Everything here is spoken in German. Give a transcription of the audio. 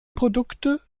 produkte